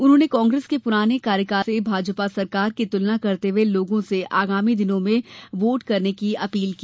उन्होंने कांग्रेस के पूराने कार्यकाल से भाजपा सरकार की तुलना करते हुए लोगों से आगामी दिनों में वोट करने की अपील की